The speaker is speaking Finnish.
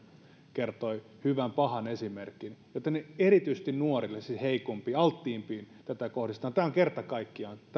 kertoi hyvän pahan esimerkin kohdistetaan erityisesti nuorille siis heikompiin ja alttiimpiin tämä on kerta kaikkiaan